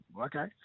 okay